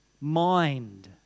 mind